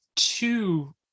two